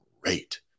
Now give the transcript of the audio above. great